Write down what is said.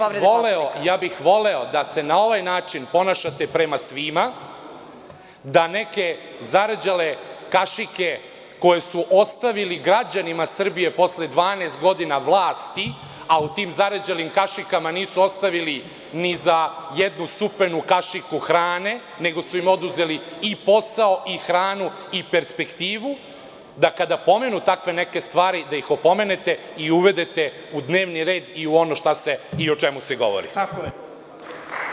Držite se povrede Poslovnika) … voleo bih da se na ovaj način ponašate prema svima, da neke zarđale kašike koje su ostavili građanima Srbije posle 12 godina vlasti, a u tim zarđalim kašikama nisu ostavili ni za jednu supenu kašiku hrane, nego su im oduzeli i posao i hranu i perspektivu, da kada pomenu tako neke stvari da ih opomenete i uvedete u dnevni red i u ono šta se i o čemu se govori. ` Želim da se izjasnite o ovoj povredi.